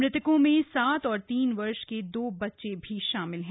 मृतकों में सात और तीन वर्ष के दो बच्चे भी शामिल हैं